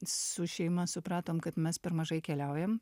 su šeima supratom kad mes per mažai keliaujam